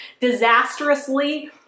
disastrously